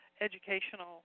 educational